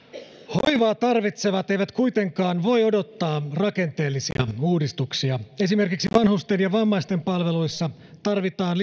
hoivaa tarvitsevat eivät kuitenkaan voi odottaa rakenteellisia uudistuksia esimerkiksi vanhusten ja vammaisten palveluissa tarvitaan